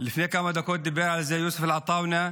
לפני כמה דקות דיבר על זה יוסף עטאונה,